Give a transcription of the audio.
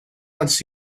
wants